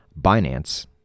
binance